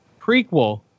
prequel